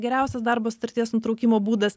geriausias darbo sutarties nutraukimo būdas